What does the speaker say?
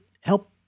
help